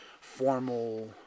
formal